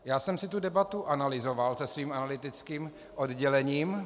Já jsem si tu debatu analyzoval se svým analytickým oddělením.